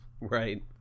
Right